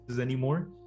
anymore